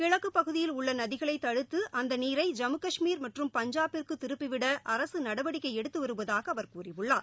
கிழக்குப் பகுதியில் உள்ள நதிகளை தடுத்து அந்த நீரை ஜம்மு காஷ்மீர் மற்றும் பஞ்சாபிற்கு திருப்பிவிட அரசு நடவடிக்கை எடுத்து வருவதாக அவர் கூறியுள்ளார்